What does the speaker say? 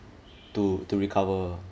to to recover